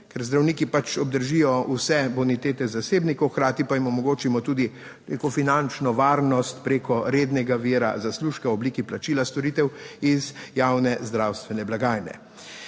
zdravniki pač obdržijo vse bonitete zasebnikov, hkrati pa jim omogočimo tudi neko finančno varnost preko rednega vira zaslužka v obliki plačila storitev iz javne zdravstvene blagajne.